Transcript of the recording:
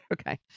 Okay